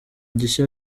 gishya